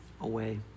away